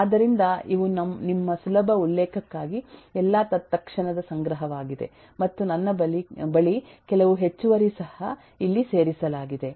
ಆದ್ದರಿಂದ ಇವು ನಿಮ್ಮ ಸುಲಭ ಉಲ್ಲೇಖಕ್ಕಾಗಿ ಎಲ್ಲಾ ತತ್ಕ್ಷಣದ ಸಂಗ್ರಹವಾಗಿದೆ ಮತ್ತು ನನ್ನ ಬಳಿ ಕೆಲವು ಹೆಚ್ಚುವರಿ ಸಹ ಇಲ್ಲಿ ಸೇರಿಸಲಾಗಿದೆ